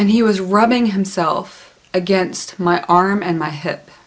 and he was rubbing himself against my arm and my hip